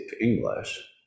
English